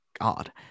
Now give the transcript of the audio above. God